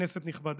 כנסת נכבדה,